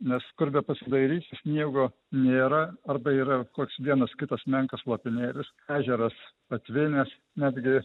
nes kur bepasidairysi sniego nėra arba yra koks vienas kitas menkas lopinėlis ežeras patvinęs netgi